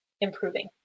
improving